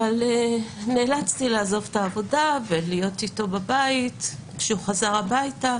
נאלצתי לעזוב את העבודה ולהיות איתו בבית כשהוא חזר הביתה,